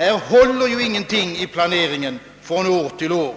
Ingenting håller ju i planeringen från år till år.